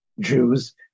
Jews